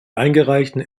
eingereichten